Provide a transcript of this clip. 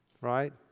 right